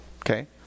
Okay